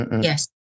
yes